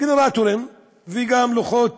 מגנרטורים וגם לוחות